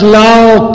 love